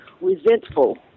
resentful